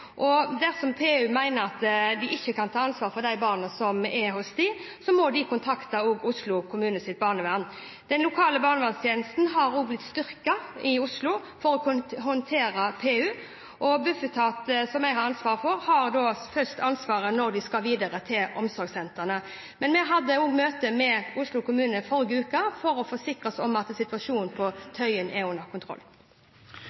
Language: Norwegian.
og dersom PU mener at de ikke kan ta ansvar for de barna som er hos dem, må de kontakte Oslo kommunes barnevern. Den lokale barnevernstjenesten i Oslo har blitt styrket for å kunne håndtere barn hos PU. Bufetat, som jeg har ansvar for, har først ansvaret når de skal videre til omsorgssentrene. Jeg hadde et møte med Oslo kommune i forrige uke for å forsikre meg om at situasjonen på Tøyen er under kontroll.